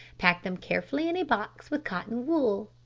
pack them carefully in a box with cotton wool.